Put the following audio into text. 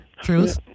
truth